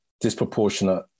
disproportionate